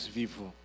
vivo